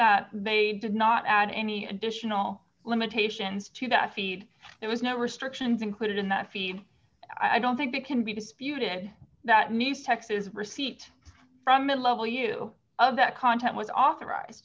that they did not add any additional limitations to the feed there was no restrictions included in that feed i don't think it can be disputed that nice texas receipt from mid level you of that content was authorized